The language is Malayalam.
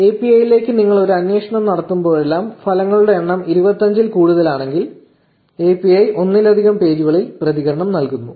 എപിഐയിലേക്ക് നിങ്ങൾ ഒരു അന്വേഷണം നടത്തുമ്പോഴെല്ലാം ഫലങ്ങളുടെ എണ്ണം 25 ൽ കൂടുതലാണെങ്കിൽ API ഒന്നിലധികം പേജുകളിൽ പ്രതികരണം നൽകുന്നു